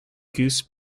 goose